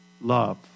love